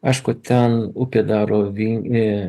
aišku ten upė daro vingį